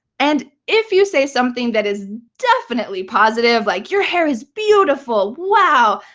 and if you say something that is definitely positive, like, your hair is beautiful, wow!